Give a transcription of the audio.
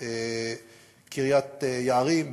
קריית-יערים,